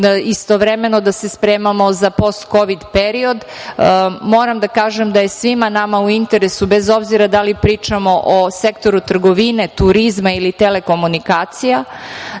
istovremeno da se spremamo za postkovid period. Moram da kažem da je svima nama u interesu, bez obzira da li pričamo o sektoru trgovine, turizma ili telekomunikacija,